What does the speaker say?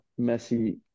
Messi